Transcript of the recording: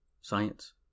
Science